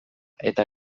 eta